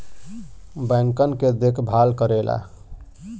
बैंकन के देखभाल करेला